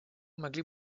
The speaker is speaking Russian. могли